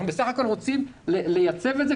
אנחנו בסך הכול רוצים לייצב את זה,